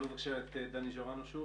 דני ז'ורנו,